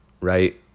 Right